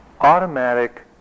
Automatic